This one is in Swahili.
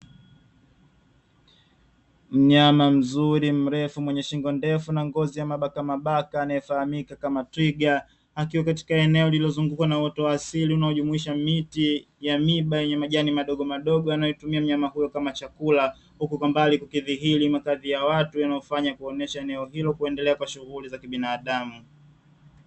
Mnyama mzuri mrefu mwenye shingo ndefu na ngozi ya mabakamabaka anayefahamika kama twiga, akiwa katika eneo lililozungukwa na uoto wa asili unaojumlisha miti ya miba yenye majani madogomadogo, anayotumia mnyama huyo kama chakula, huku kwa mbali kukidhihiri makazi ya watu yanayofanya kuonesha eneo hilo kuendelea kwa shughuli za kibinadamu.